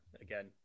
Again